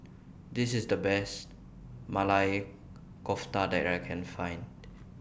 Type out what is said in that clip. This IS The Best Maili Kofta that I Can Find